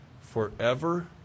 forever